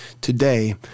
today